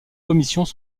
commissions